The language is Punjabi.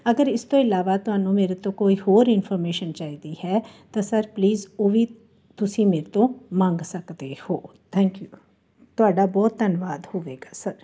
ਅਗਰ ਇਸ ਤੋਂ ਇਲਾਵਾ ਤੁਹਾਨੂੰ ਮੇਰੇ ਤੋਂ ਕੋਈ ਹੋਰ ਇਨਫੋਰਮੇਸ਼ਨ ਚਾਹੀਦੀ ਹੈ ਤਾਂ ਸਰ ਪਲੀਸ ਉਹ ਵੀ ਤੁਸੀਂ ਮੇਰੇ ਤੋਂ ਮੰਗ ਸਕਦੇ ਹੋ ਥੈਂਕ ਯੂ ਤੁਆਡਾ ਬਹੁਤ ਧੰਨਵਾਦ ਹੋਵੇਗਾ ਸਰ